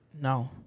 No